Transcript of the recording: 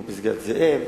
כמו פסגת-זאב,